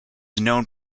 known